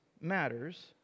matters